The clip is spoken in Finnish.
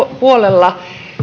puolella